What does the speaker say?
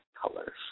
colors